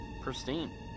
pristine